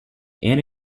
and